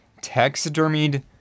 Taxidermied